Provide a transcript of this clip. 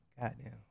Goddamn